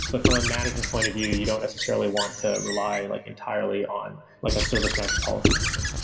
but from a management point of view, you don't necessarily want to rely and like entirely on like a service mesh policy system.